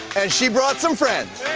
and she brought some friends.